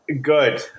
Good